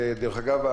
דרך אגב,